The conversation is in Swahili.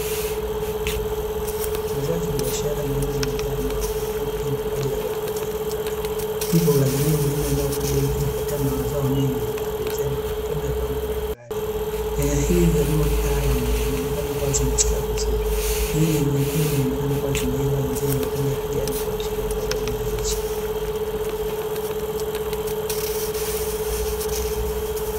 Mazao ya kibiashara ni aina ya mazao ambayo wakulima hulima kwa ajili ya kujipatia kipato. Hivyo hulazimika kulima eneo kubwa ili kujipatia mazao mengi ili kuuzia makampuni ya viwanda mbalimbali, nyanya hizi zilizolimwa kitaalamu zinaonekana kuwa zimestawi vizuri nyanya nyekundu zinaonekana kuwa zimeiva na zile zenye rangi ya kijani kuashiria kuwa bado mbichi.